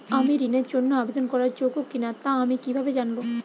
আমি ঋণের জন্য আবেদন করার যোগ্য কিনা তা আমি কীভাবে জানব?